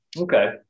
Okay